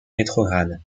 rétrograde